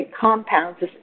compounds